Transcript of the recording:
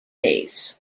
base